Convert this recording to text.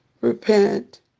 repent